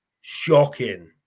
shocking